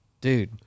Dude